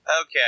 Okay